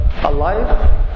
alive